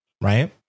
Right